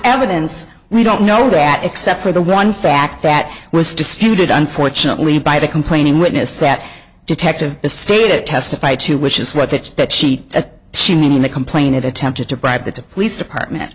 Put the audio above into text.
evidence we don't know that except for the one fact that was disputed unfortunately by the complaining witness that detective stated it testified to which is what that that she a human in the complainant attempted to bribe the police department